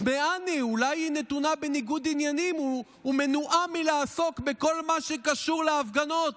אולי נתונה בניגוד עניינים ומנועה מלעסוק בכל מה שקשור להפגנות.